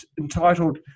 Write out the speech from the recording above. entitled